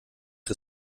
der